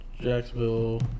Jacksonville